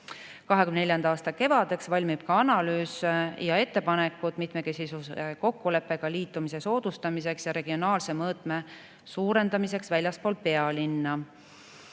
2024. aasta kevadeks valmib analüüs ja ettepanekud mitmekesisuse kokkuleppega liitumise soodustamiseks ja regionaalse mõõtme suurendamiseks väljaspool pealinna,